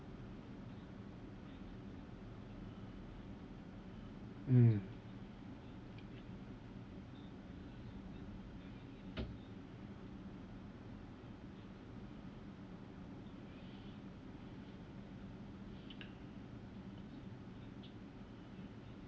mm